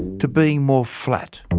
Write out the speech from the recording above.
to being more flat.